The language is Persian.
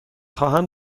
خواهم